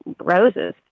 roses